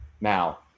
now